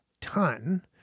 ton